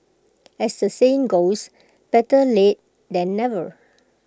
as the saying goes better late than never